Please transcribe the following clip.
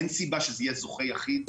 אין סיבה שזה יהיה זוכה יחיד.